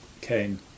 came